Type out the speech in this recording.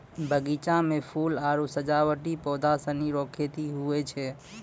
बगीचा मे फूल आरु सजावटी पौधा सनी रो खेती हुवै छै